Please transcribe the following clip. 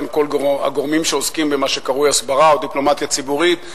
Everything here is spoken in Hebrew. בין כל הגורמים שעוסקים במה שקרוי הסברה או דיפלומטיה ציבורית.